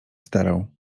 starał